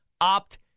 opt